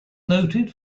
noted